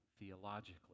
theologically